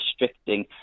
restricting